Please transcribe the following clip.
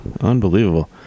Unbelievable